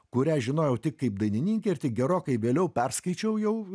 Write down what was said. kurią žinojau tik kaip dainininkė ir tik gerokai vėliau perskaičiau jau